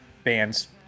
Bands